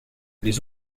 les